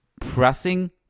pressing